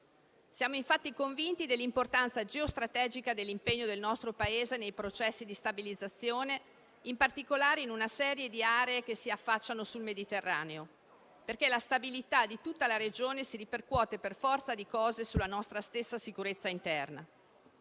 Siamo infatti convinti dell'importanza geostrategica dell'impegno del nostro Paese nei processi di stabilizzazione, in particolare in una serie di aree che si affacciano sul Mediterraneo, perché la stabilità di tutta la regione si ripercuote per forza di cose sulla nostra stessa sicurezza interna.